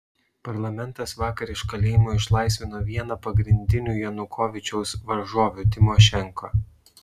parlamentas vakar iš kalėjimo išlaisvino vieną pagrindinių janukovyčiaus varžovių tymošenko